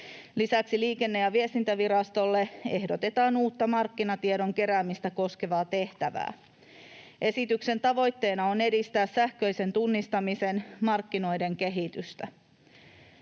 Lisäksi Liikenne- ja viestintävirastolle ehdotetaan uutta markkinatiedon keräämistä koskevaa tehtävää. Esityksen tavoitteena on edistää sähköisen tunnistamisen markkinoiden kehitystä.